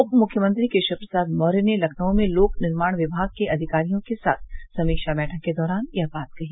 उप मुख्यमंत्री केशव प्रसाद मौर्य ने लखनऊ में लोक निर्माण विभाग के अधिकारियों के साथ समीक्षा बैठक के दौरान यह बात कही